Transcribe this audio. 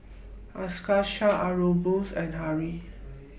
Akshay Aurangzeb and Hri